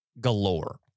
galore